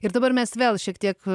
ir dabar mes vėl šiek tiek